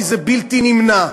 כי זה בלתי נמנע,